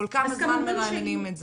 כל כמה זמן מרעננים את זה?